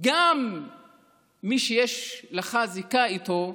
שגם מי שיש לך זיקה אליו,